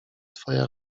twoja